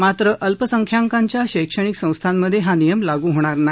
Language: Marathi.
मात्र अल्पसंख्यकांच्या शैक्षणिक संस्थिमधे हा नियम लागू होणार नाही